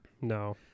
No